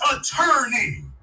attorney